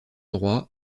droit